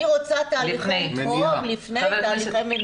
אני רוצה --- לפני, תהליכי מניעה.